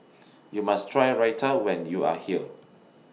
YOU must Try Raita when YOU Are here